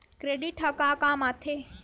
Credit ह का काम आथे?